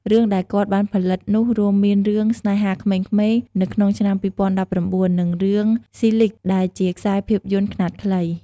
រឿងដែលគាត់បានផលិតនោះរួមមាន រឿង «ស្នេហាក្មេងៗ» នៅក្នុងឆ្នាំ ២០១៩ និង រឿង «ស៊ីលីគ (Silig)» ដែលជាខ្សែភាពយន្តខ្នាតខ្លី។